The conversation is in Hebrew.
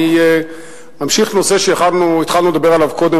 אני אמשיך בנושא שהתחלנו לדבר עליו קודם.